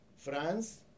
France